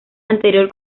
anterior